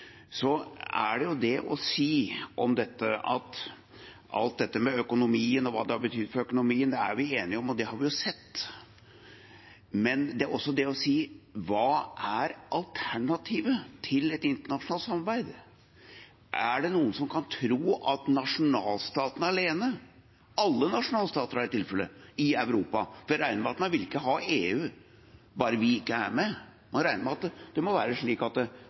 økonomien, er vi enige om, og det har vi jo sett. Men det er også det å spørre seg om: Hva er alternativet til et internasjonalt samarbeid? Er det noen som kan tro at nasjonalstatene i Europa – alle nasjonalstater, da, i tilfelle – alene skal greie å håndtere dette på en bedre måte? Jeg regner med at en ikke vil ha EU, og ikke bare at vi ikke skal være med, en må regne med at ideologien må være at